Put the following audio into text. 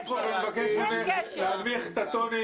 חברת הכנסת סטרוק, אני מבקש ממך להנמיך את הטונים.